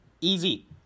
Easy